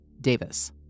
Davis